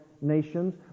nations